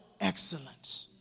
excellence